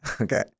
Okay